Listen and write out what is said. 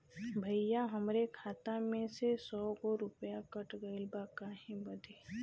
भईया हमरे खाता में से सौ गो रूपया कट गईल बा काहे बदे?